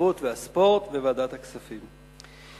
התרבות והספורט וועדת הכספים ומובא בפני מליאת הכנסת.